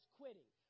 quitting